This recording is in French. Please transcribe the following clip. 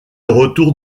retour